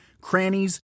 crannies